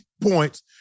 points